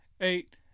eight